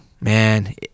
man